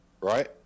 right